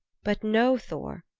but know, thor,